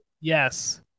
Yes